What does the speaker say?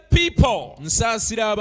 people